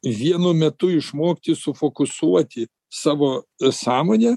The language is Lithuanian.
vienu metu išmokti sufokusuoti savo sąmonę